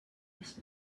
this